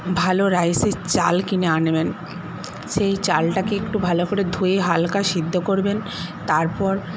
ভালো রাইসের চাল কিনে আনবেন সেই চালটাকে একটু ভালো করে ধুয়ে হালকা সিদ্ধ করবেন তারপর